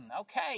okay